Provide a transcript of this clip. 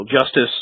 justice